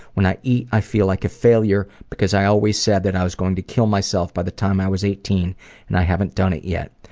when i eat i feel like a failure because i always said i was going to kill myself by the time i was eighteen and i haven't done it yet.